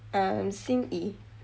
um xin yi